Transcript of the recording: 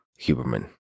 Huberman